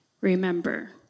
Remember